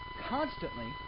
constantly